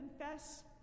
confess